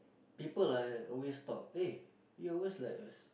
people are always talk eh you always like us